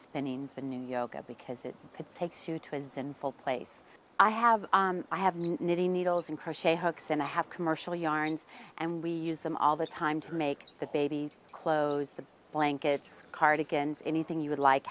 spinning the new yoga because it takes two twins and full place i have i have knitting needles and crochet hooks and a have commercial yarns and we use them all the time to make the baby clothes the blanket cardigan anything you would like